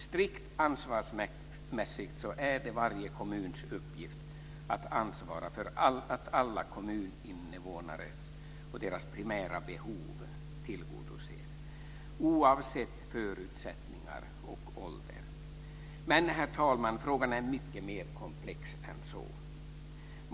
Strikt ansvarsmässigt är det varje kommuns uppgift att ansvara för att alla kommuninvånares primära behov tillgodoses, oavsett förutsättningar och ålder. Men, herr talman, frågan är mycket mer komplex än så.